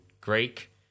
Greek